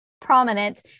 prominent